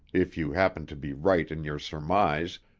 if you happen to be right in your surmise,